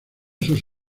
sus